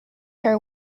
her